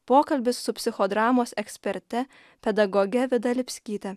pokalbis su psichodramos eksperte pedagoge vida lipskyte